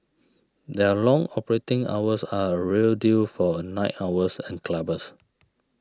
their long operating hours are a real deal for night owls and clubbers